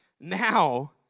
Now